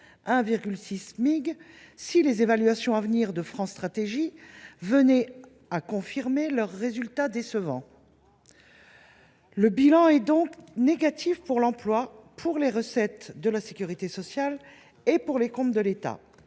1,6 Smic, si les évaluations à venir de France Stratégie venaient à confirmer leurs résultats décevants ». Le bilan est donc négatif pour l’emploi, pour les recettes de la sécurité sociale et pour les comptes de l’État.